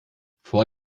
vor